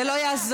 זה לא יעזור.